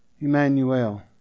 Emmanuel